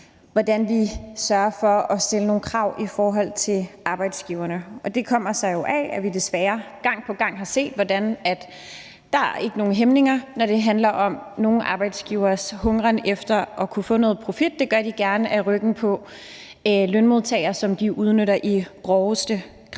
hvordan vi sørger for at stille nogle krav til arbejdsgiverne. Og det kommer sig jo af, at vi desværre gang på gang har set, at der ikke er nogen hæmninger, når det handler om nogle arbejdsgiveres hungren efter at kunne få noget profit. Det gør de gerne på ryggen af lønmodtagere, som de udnytter i groveste grad.